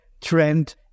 trend